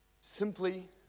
Simply